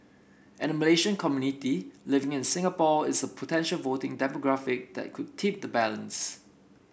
and the Malaysian community living in Singapore is a potential voting demographic that could tip the balance